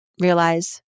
realize